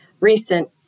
recent